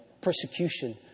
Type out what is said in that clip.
persecution